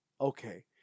Okay